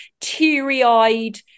teary-eyed